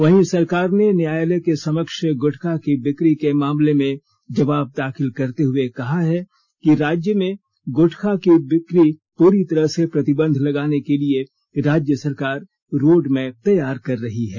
वहीं सरकार ने न्यायालय के समक्ष गुटखा की बिक्री के मामले में जवाब दाखिल करते हुए कहा है कि राज्य में राज्य में गुटखा की बिक्री पूरी तरह से प्रतिबंध लगाने के लिए रोडमैप तैयार कर रही है